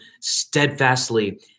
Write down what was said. steadfastly